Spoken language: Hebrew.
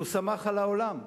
שהוא סמך על העולם.